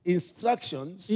Instructions